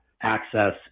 access